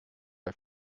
are